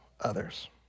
others